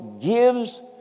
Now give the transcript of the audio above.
gives